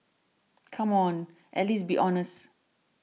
come on at least be honest